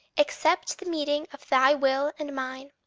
except the meeting of thy will and mine,